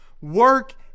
work